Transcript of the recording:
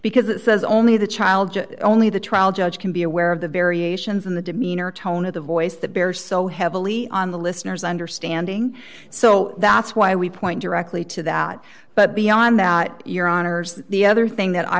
because it says only the child only the trial judge can be aware of the variations in the demeanor tone of the voice that bears so heavily on the listener's understanding so that's why we point to regularly to that but beyond that your honour's the other thing that i